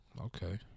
Okay